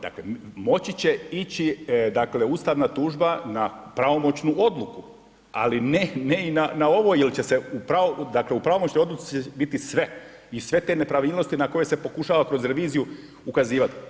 Dakle moći će ići dakle ustavna tužba na pravomoćnu odluku ali ne, ne i na ovo jer će se, dakle u pravomoćnoj odluci će biti sve i sve te nepravilnosti na koje se pokušava kroz reviziju ukazivati.